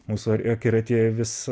mūsų akiratyje vis